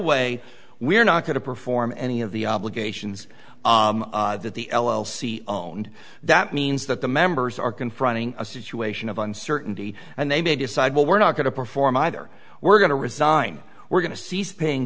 way we're not going to perform any of the obligations that the l l c own and that means that the members are confronting a situation of uncertainty and they may decide well we're not going to perform either we're going to resign we're going to cease paying